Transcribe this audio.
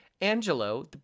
Angelo